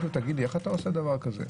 שאלתי אותו איך אתה עושה דבר כזה?